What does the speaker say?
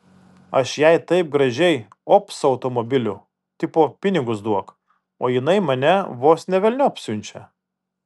aš jai taip gražiai op su automobiliu tipo pinigus duok o jinai mane vos ne velniop siunčia